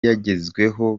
yagezweho